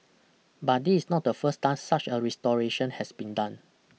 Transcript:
but this not the first time such a restoration has been done